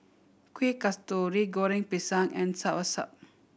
Kuih Kasturi Goreng Pisang and soursop